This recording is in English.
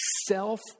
self